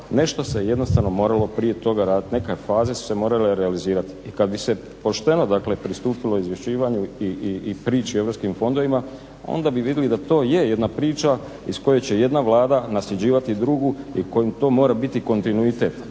nešto se jednostavno moralo raditi, neke faza su se morale realizirati. I kad bi se pošteno, dakle pristupilo izvješćivanju i priči o europskim fondovima, onda bi vidjeli da to je jedna priča iz koje će jedna Vlada nasljeđivati drugu i kojoj to mora biti kontinuitet,